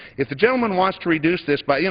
if the gentleman wants to reduce this by, you know,